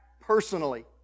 personally